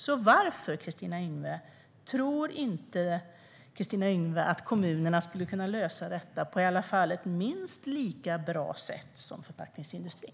Så varför tror inte Kristina Yngwe att kommunerna skulle kunna lösa detta på i alla fall ett minst lika bra sätt som förpackningsindustrin?